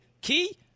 Key